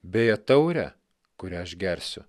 beje taurę kurią aš gersiu